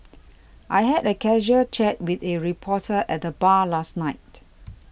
I had a casual chat with a reporter at the bar last night